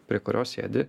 prie kurio sėdi